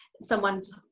someone's